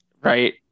right